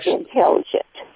intelligent